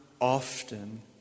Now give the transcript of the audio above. often